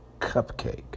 cupcake